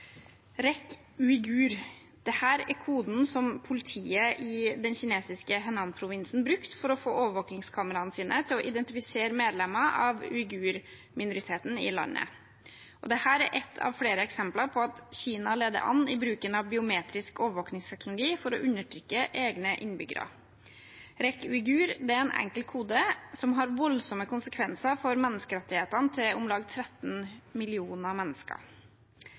uigur – dette er koden som politiet i den kinesiske Henan-provinsen brukte for å få overvåkningskameraene sine til å identifisere medlemmer av uigur-minoriteten i landet. Dette er ett av flere eksempler på at Kina leder an i bruken av biometrisk overvåkningsteknologi for å undertrykke egne innbyggere. REC uigur er en enkel kode som har voldsomme konsekvenser for menneskerettighetene til om lag 13 millioner mennesker.